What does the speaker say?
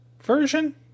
Version